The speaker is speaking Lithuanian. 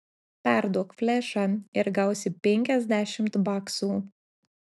perduok flešą ir gausi penkiasdešimt baksų